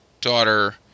daughter